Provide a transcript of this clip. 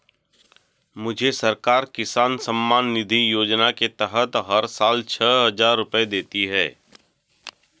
मुझे सरकार किसान सम्मान निधि योजना के तहत हर साल छह हज़ार रुपए देती है